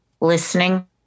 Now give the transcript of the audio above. listening